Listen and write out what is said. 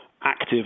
active